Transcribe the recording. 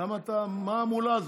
מה ההמולה הזאת?